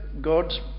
God's